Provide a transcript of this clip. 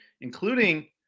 including